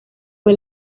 fue